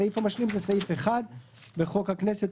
הסעיף המשלים זה סעיף 1 בחוק הכנסת,